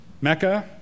Mecca